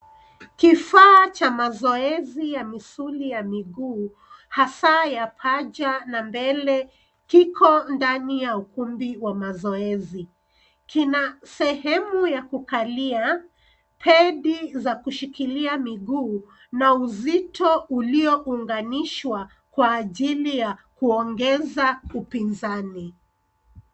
Kifaa cha mazoezi ya misuli ya miguu, hasa, ya paja na mbele, kiko ndani ya ukumbi wa mazoezi. Kina sehemu ya kukalia, hedi za kushikilia miguu, na uzito uliounganishwa, kwa ajili ya kuongeza upinzani.